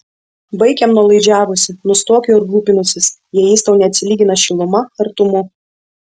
baik jam nuolaidžiavusi nustok juo rūpinusis jei jis tau neatsilygina šiluma artumu